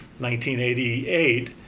1988